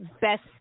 best